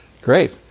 Great